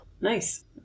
Nice